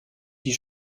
dit